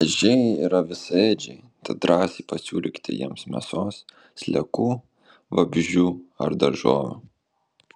ežiai yra visaėdžiai tad drąsiai pasiūlykite jiems mėsos sliekų vabzdžių ar daržovių